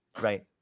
Right